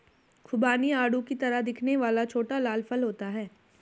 खुबानी आड़ू की तरह दिखने वाला छोटा लाल फल होता है